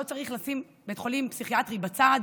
לא צריך לשים בית חולים פסיכיאטרי בצד,